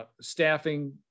Staffing